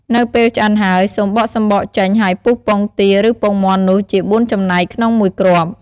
នៅពេលឆ្អិនហើយ សូមបកសំបកចេញ ហើយពុះពងទា ឬពងមាន់នោះជាបួនចំណែកក្នុងមួយគ្រាប់។